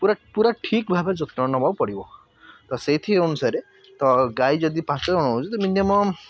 ପୁରା ପୁରା ଠିକ୍ ଭାବରେ ଯତ୍ନ ନେବାକୁ ପଡ଼ିବ ତ ସେଇଥି ଅନୁସାରେ ତ ଗାଈ ଯଦି ପାଞ୍ଚ ଜଣ ହେଉଛନ୍ତି ତ ମିନିମମ୍